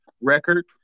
record